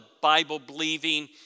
Bible-believing